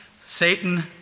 Satan